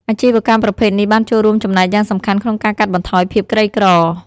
អាជីវកម្មប្រភេទនេះបានចូលរួមចំណែកយ៉ាងសំខាន់ក្នុងការកាត់បន្ថយភាពក្រីក្រ។